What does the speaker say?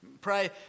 Pray